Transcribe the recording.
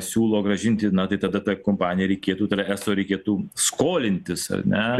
siūlo grąžinti na tai tada tai kompanijai reikėtų tai yra eso reikėtų skolintis ar ne